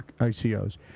ICOs